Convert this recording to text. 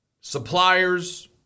suppliers